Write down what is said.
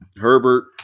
Herbert